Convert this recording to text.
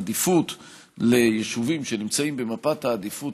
עדיפות ליישובים שנמצאים במפת העדיפות